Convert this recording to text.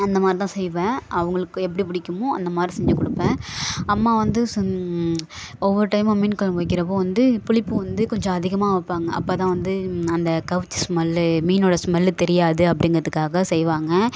அந்த மாதிரி தான் செய்வேன் அவங்களுக்கு எப்படி பிடிக்குமோ அந்த மாதிரி செஞ்சுக் கொடுப்பேன் அம்மா வந்து சம் ஒவ்வொரு டைமும் மீன் கொழம்பு வைக்கிறப் போது வந்து புளிப்பு வந்து கொஞ்சம் அதிகமாக வைப்பாங்க அப்போ தான் வந்து அந்த கவிச்சி ஸ்மெல்லு மீனோடய ஸ்மெல்லு தெரியாது அப்படிங்கிறதுக்காக செய்வாங்க